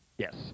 Yes